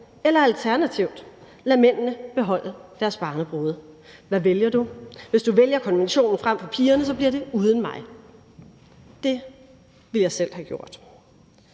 eller alternativt lade mændene beholde deres barnebrude; hvad vælger du? Hvis du vælger konventionen frem for pigerne, bliver det uden mig. Det ville jeg selv have gjort.